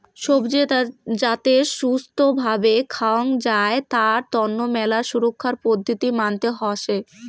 সবজি যাতে ছুস্থ্য ভাবে খাওয়াং যাই তার তন্ন মেলা সুরক্ষার পদ্ধতি মানতে হসে